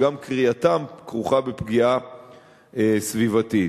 שגם כרייתם כרוכה בפגיעה סביבתית.